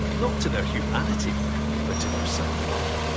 not to their humanity but to their self-love.